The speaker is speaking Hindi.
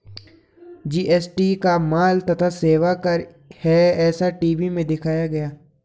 जी.एस.टी एक माल तथा सेवा कर है ऐसा टी.वी में दिखाया गया